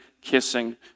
kissing